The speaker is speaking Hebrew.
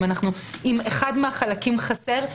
אם אחד החלקים חסר,